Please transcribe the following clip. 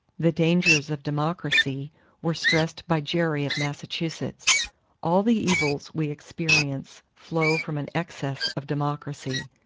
the dangers of democracy were stressed by gerry of massachusetts all the evils we experience flow from an excess of democracy.